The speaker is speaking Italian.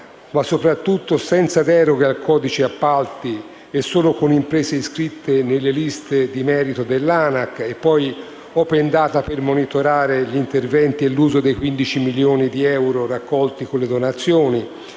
ma soprattutto senza deroghe al codice degli appalti e solo con imprese iscritte nelle liste di merito dell'ANAC, *open data* per monitorare gli interventi e l'uso dei 15 milioni di euro raccolti con le donazioni,